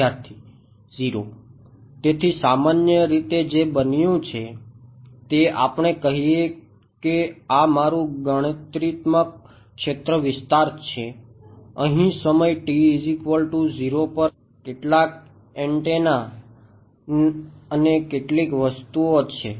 વિદ્યાર્થી 0 તેથી સામાન્ય રીતે જે બન્યું છે તે આપણે કહીએ કે આ મારું ગણતરીત્મક ક્ષેત્રવિસ્તાર છે અહીં સમય t 0 પર કેટલાક એન્ટેના અને કેટલીક વસ્તુઓ છે